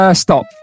stop